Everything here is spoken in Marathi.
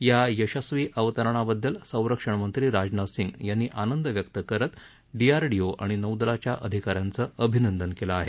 या यशस्वी अवतरणाबद्दल संरक्षणमंत्री राजनाथ सिंह यांनी आनंद व्यक्त करत डीआरडीओ आणि नौदलाच्या अधिका यांचं अभिनंदन केलं आहे